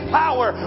power